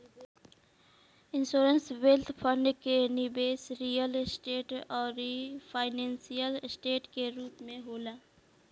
sovereign wealth fund के निबेस real estate आउरी फाइनेंशियल ऐसेट के रूप में होला